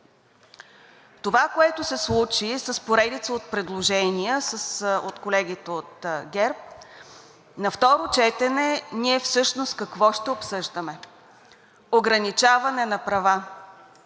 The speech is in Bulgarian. Това, което се случи с поредица от предложения от колегите от ГЕРБ, на второ четене ние всъщност какво ще обсъждаме? Ограничаване на права,